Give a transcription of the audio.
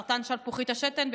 סרטן שלפוחית השתן,